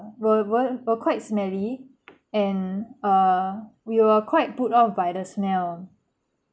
were were were quite smelly and err we were quite put off by the smell